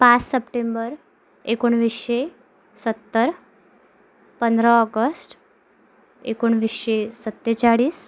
पाच सप्टेंबर एकोणवीसशे सत्तर पंधरा ऑगस्ट एकोणवीसशे सत्तेचाळीस